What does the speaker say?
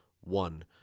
one